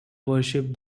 worship